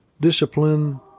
discipline